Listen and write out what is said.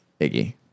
Iggy